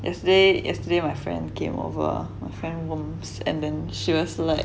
yesterday yesterday my friend came over my friend worms and then she was like